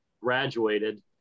graduated